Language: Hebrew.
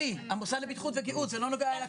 עלי, המוסד לבטיחות וגיהות לא נוגע לקרנות.